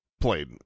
played